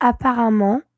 Apparemment